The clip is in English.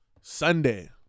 Sunday